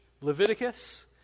Leviticus